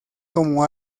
como